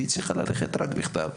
והיא הצליחה ללכת רק בכתב.